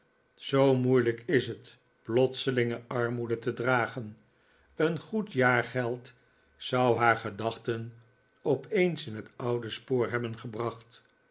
zoo moeilijk is het plotselinge armoede te dragen een goed jaargeld zou haar gedachten opeens in het oude spoor hebben gebracht